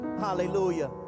hallelujah